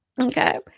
Okay